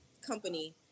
company